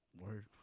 word